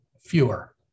fewer